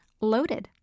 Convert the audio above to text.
Loaded